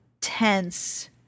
tense